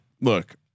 look